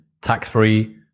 tax-free